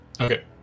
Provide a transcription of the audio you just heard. Okay